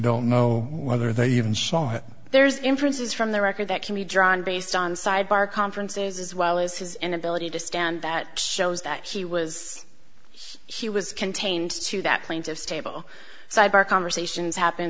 don't know whether they even saw it there's inferences from the record that can be drawn based on sidebar conferences as well as his inability to stand that shows that he was he was contained to that point of stable sidebar conversations happen